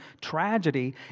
tragedy